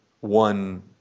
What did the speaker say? one